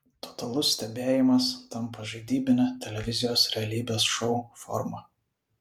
totalus stebėjimas tampa žaidybine televizijos realybės šou forma